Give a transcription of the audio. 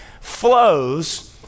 flows